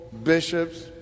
bishops